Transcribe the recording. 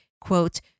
quote